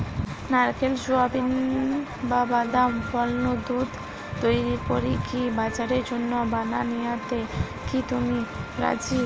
নারকেল, সুয়াবিন, বা বাদাম ফল নু দুধ তইরি করিকি বাজারের জন্য বানানিয়াতে কি তুমি রাজি?